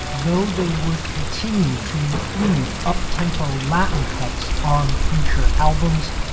though they would continue to include uptempo latin cuts on future albums,